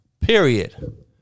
Period